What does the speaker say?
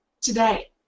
today